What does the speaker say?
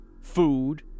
food